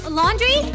laundry